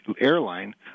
airline